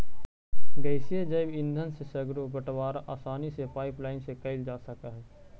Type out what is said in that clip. गैसीय जैव ईंधन से सर्गरो बटवारा आसानी से पाइपलाईन से कैल जा सकऽ हई